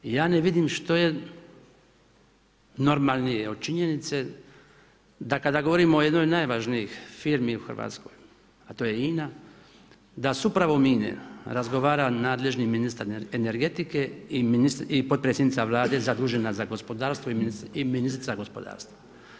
Ja ne vidim što je normalnije od činjenice da kada govorimo o jednoj od najvažnijih firmi u Hrvatskoj, a to je INA, da … razgovarao nadležni ministar energetike i potpredsjednica Vlade zadužena za gospodarstvo i ministrica gospodarstva.